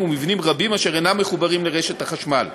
ומבנים רבים אשר אינם מחוברים לרשת החשמל.